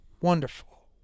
wonderful